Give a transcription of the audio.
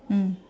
mm